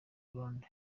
grand